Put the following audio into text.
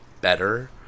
better